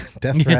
Death